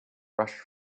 rushed